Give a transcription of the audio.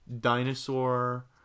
dinosaur